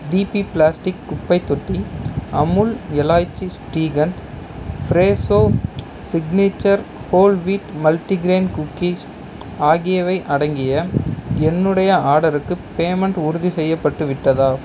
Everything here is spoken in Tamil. டிபி பிளாஸ்டிக் குப்பைத்தொட்டி Amul elaichi shrikhand Fresho signature whole wheat multigrain cookies ஆகியவை அடங்கிய என்னுடைய ஆர்டருக்கு பேமெண்ட் உறுதிசெய்யப்பட்டு விட்டதா